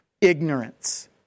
ignorance